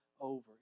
over